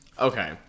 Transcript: Okay